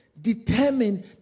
determine